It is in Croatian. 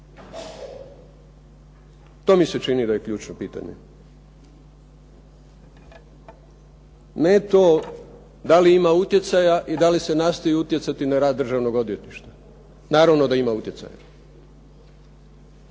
To mi se čini da je ključno pitanje. Ne to da li ima utjecaja i da li se nastoji utjecati na rad Državnog odvjetništva. Naravno da ima utjecaja.